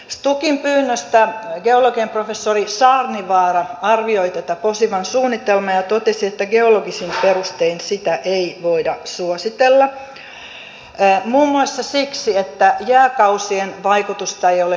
stukin pyynnöstä geologian professori saarnisto arvioi tätä posivan suunnitelmaa ja totesi että geologisin perustein sitä ei voida suositella muun muassa siksi että jääkausien vaikutusta ei ole kunnolla otettu huomioon